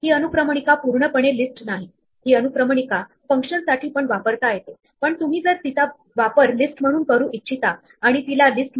तेव्हा जर आपण बनाना ही स्ट्रिंग सेट फंक्शनला दिली तर आपल्याला a n आणि b असे वेगवेगळे तीन अक्षर रिपीट न होता सेटमध्ये मिळतात